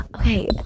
okay